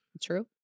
True